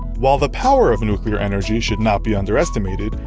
while the power of nuclear energy should not be underestimated,